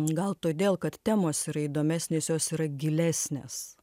gal todėl kad temos yra įdomesnės jos yra gilesnės